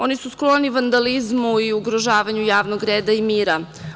Oni su skloni vandalizmu i ugrožavanju javnog reda i mira.